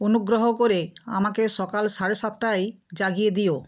অনুগ্রহ করে আমাকে সকাল সাড়ে সাতটায় জাগিয়ে দিও